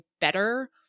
better